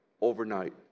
overnight